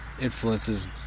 influences